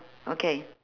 okay